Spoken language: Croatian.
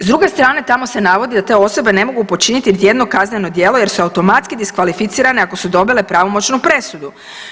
S druge strane, tamo se navodi da te osobe ne mogu počiniti niti jedno kazneno djelo jer su automatski diskvalificirane ako su dobile pravomoćnu presudu.